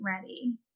ready